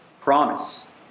promise